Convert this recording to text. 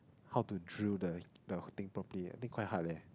how to drill the the thing properly I think quite hard leh